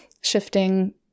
shifting